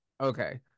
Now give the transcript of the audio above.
Okay